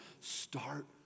start